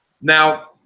Now